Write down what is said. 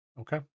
Okay